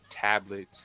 tablets